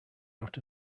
out